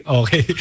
okay